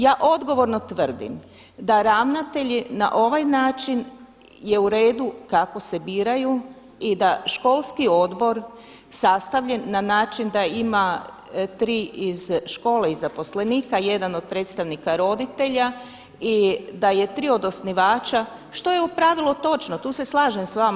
Ja odgovorno tvrdim da ravnatelji na ovaj način je u redu kako se biraju i da školski odbor sastavljen na način da ima tri iz škole i zaposlenika jedan od predstavnika roditelja i da je tri od osnivača što je u pravilu točno, tu se slažem s vama.